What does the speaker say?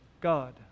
God